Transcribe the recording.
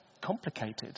complicated